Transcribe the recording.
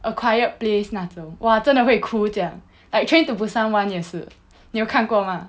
a quiet place 那种 !wah! 真的会哭这样 like train to busan one 也是妳有看过 mah